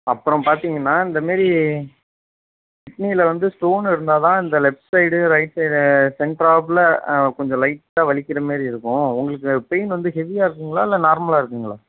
அப்புறம் பார்த்தீங்கன்னா இந்தமாரி கிட்னியில வந்து ஸ்டோன் இருந்தால் தான் இந்த லெஃப்ட் சைடு ரைட் சைடு சென்ட்ராப்புல கொஞ்சம் லைட்டாக வலிக்கிறமாரி இருக்கும் உங்களுக்கு பெயின் வந்து ஹெவியாக இருக்குங்களா இல்லை நார்மலாக இருக்குங்களா